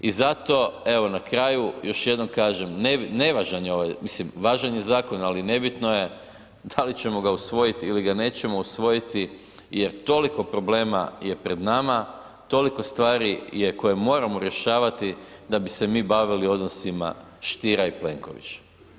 I zato evo na kraju, još jednom kažem nevažan je ovaj, mislim važan je zakon, ali nebitno je da li ćemo ga usvojiti ili ga nećemo usvojiti jer toliko problema je pred nama, toliko stvari je koje moramo rješavati da bi se mi bavili odnosima Stier i Plenkovića.